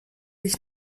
ich